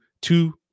two